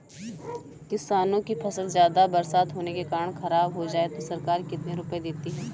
किसानों की फसल ज्यादा बरसात होने के कारण खराब हो जाए तो सरकार कितने रुपये देती है?